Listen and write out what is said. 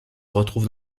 retrouve